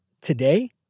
today